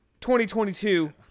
2022